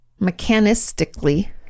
mechanistically